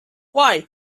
why